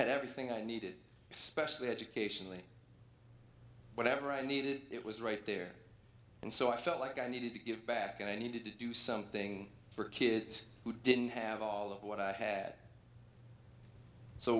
had everything i needed especially educationally whatever i needed it was right there and so i felt like i needed to give back and i needed to do something for kids who didn't have all of what i had so